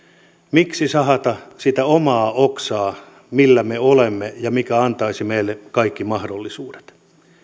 miksi sahata sitä omaa oksaa millä me olemme ja mikä antaisi meille kaikki mahdollisuudet